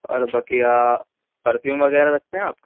اور بقیہ پرفیوم وغیرہ رکھتے ہیں آپ